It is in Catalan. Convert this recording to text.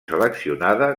seleccionada